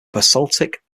basaltic